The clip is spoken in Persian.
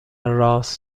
رآس